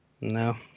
no